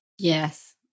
Yes